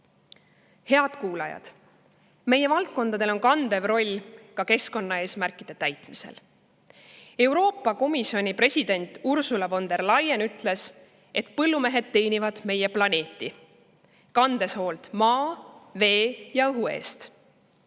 Head kuulajad! Meie valdkondadel on kandev roll ka keskkonnaeesmärkide täitmisel. Euroopa Komisjoni president Ursula von der Leyen ütles, et põllumehed teenivad meie planeeti, kandes hoolt maa, vee ja õhu eest.